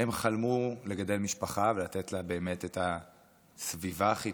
הם חלמו לגדל משפחה ולתת לה באמת את הסביבה הכי